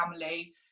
family